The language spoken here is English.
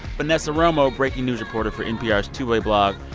vanessa romo, breaking news reporter for npr's two-way blog.